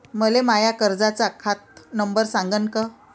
मले माया कर्जाचा खात नंबर सांगान का?